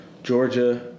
Georgia